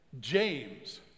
James